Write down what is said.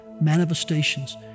manifestations